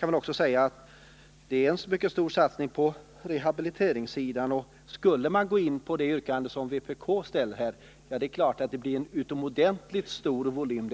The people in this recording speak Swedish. Jag vill också framhålla att det görs en mycket stor satsning på rehabiliteringssidan. Skulle vi bifalla det yrkande som vpk här ställer, blir det fråga om en utomordentligt stor volym.